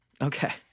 Okay